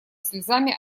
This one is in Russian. слезами